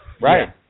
Right